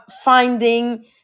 finding